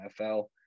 NFL